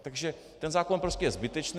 Takže ten zákon prostě je zbytečný.